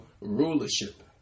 rulership